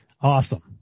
Awesome